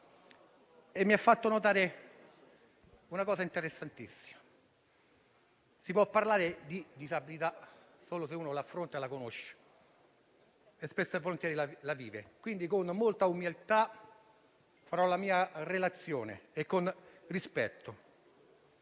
mi ha fatto notare una cosa interessantissima. Si può parlare di disabilità solo se uno la affronta e la conosce e spesso e volentieri la vive, quindi svolgerò la mia relazione con molta